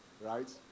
right